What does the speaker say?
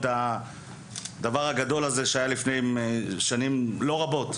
את הדבר הגדול הזה שהיה לפני שנים לא רבות,